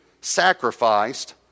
sacrificed